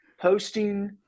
posting